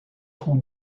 trou